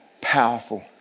powerful